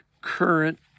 current